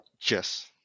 Yes